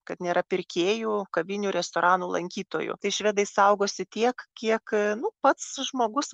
kad nėra pirkėjų kavinių restoranų lankytojų tai švedai saugosi tiek kiek nu pats žmogus